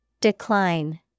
Decline